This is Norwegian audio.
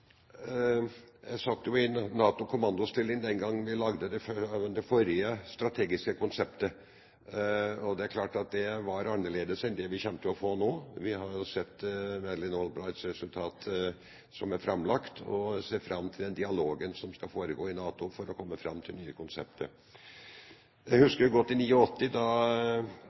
Jeg satt i en NATO-kommandostilling den gangen vi laget det forrige strategiske konseptet. Det er klart at det var annerledes enn det vi kommer til å få nå. Vi har sett det Madeleine Albright-resultatet som er framlagt, og ser fram til den dialogen som skal foregå i NATO for å komme fram til det nye konseptet. Jeg husker godt i 1989 da